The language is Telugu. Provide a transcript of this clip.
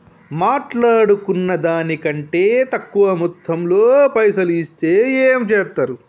మాట్లాడుకున్న దాని కంటే తక్కువ మొత్తంలో పైసలు ఇస్తే ఏం చేత్తరు?